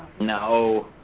no